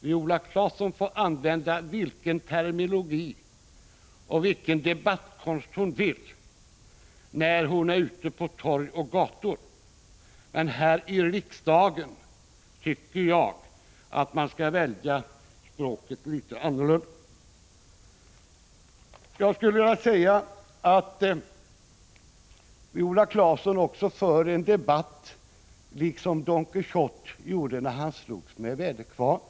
Viola Claesson får använda vilken terminologi och vilken debattkonst hon vill, när hon är ute på gator och torg, men här i riksdagen bör man, enligt min mening, välja ett annat språk. Jag skulle också vilja säga att Viola Claesson debatterar på ett sätt som för tankarna till Don Quijote som slogs med väderkvarnar.